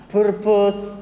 Purpose